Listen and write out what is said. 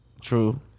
true